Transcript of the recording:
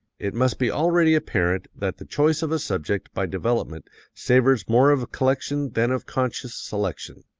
it must be already apparent that the choice of a subject by development savors more of collection than of conscious selection.